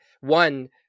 one